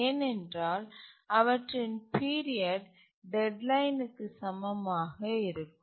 ஏனென்றால் அவற்றின் பீரியட் டெட்லைன்க்கு சமமாக இருக்கும்